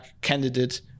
candidate